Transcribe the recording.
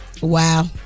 Wow